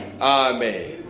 amen